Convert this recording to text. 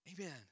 Amen